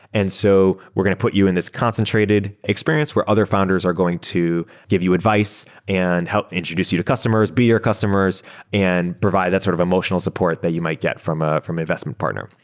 and so, we're going to put you in this concentrated experience where other founders are going to give you advice and help introduce you to customers, be your customers and provide that sort of emotional support that you might get from ah an investment partner.